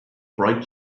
bright